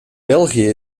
belgië